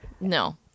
no